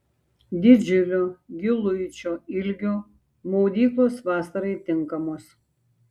didžiulio giluičio ilgio maudyklos vasarai tinkamos